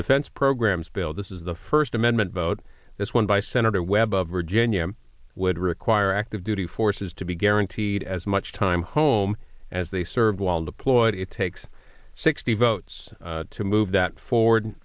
defense programs bill this is the first amendment vote this one by senator webb of virginia would require active duty forces to be guaranteed as much time home as they serve while deployed it takes sixty votes to move that forward